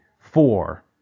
four